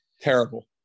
Terrible